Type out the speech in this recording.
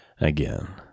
Again